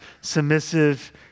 submissive